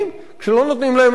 כשלא נותנים להם אפשרות,